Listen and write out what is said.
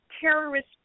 terrorist